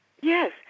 Yes